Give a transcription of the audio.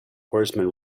horseman